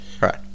right